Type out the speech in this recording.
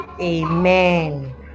Amen